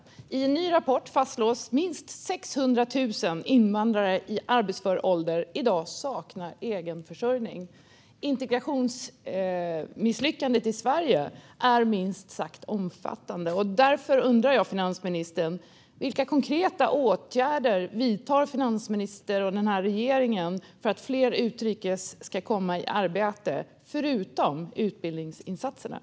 I en ny rapport fastslås att minst 600 000 invandrare i arbetsför ålder i dag saknar egen försörjning. Integrationsmisslyckandet i Sverige är minst sagt omfattande, och därför undrar jag, finansministern: Vilka konkreta åtgärder vidtar finansministern och regeringen utöver utbildningsinsatserna för att fler utrikes födda ska komma i arbete?